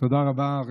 תודה רבה.